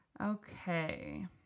Okay